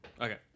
Okay